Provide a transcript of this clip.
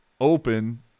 open